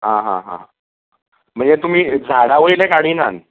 आं हां हां म्हणजे तुमी झाडा वयले काडिनात